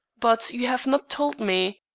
but you have not told me